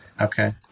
Okay